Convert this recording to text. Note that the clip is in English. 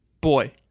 Boy